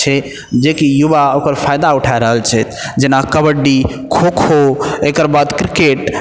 छै जे कि युवा ओकर फायदा उठा रहल छै जेना कबड्डी खोखो एकर बाद क्रिकेट